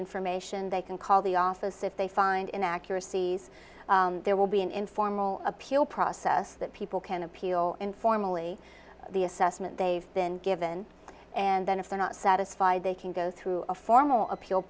information they can call the office if they find in accuracies there will be an informal appeal process that people can appeal informally the assessment they've been given and then if they're not satisfied they can go through a formal appeal